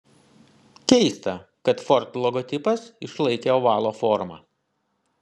keista kad ford logotipas išlaikė ovalo formą